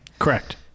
Correct